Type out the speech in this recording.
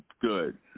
good